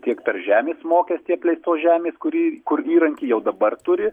tiek per žemės mokestį apleistos žemės kurį kur įrankį jau dabar turi